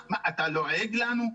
אתה לועג לנו?